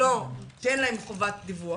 שאין להם חובת דיווח,